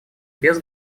без